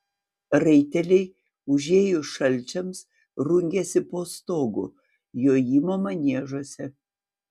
raiteliai užėjus šalčiams rungiasi po stogu jojimo maniežuose